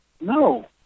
No